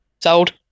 Sold